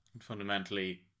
Fundamentally